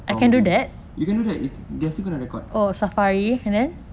from the you can do that it's they're still going to record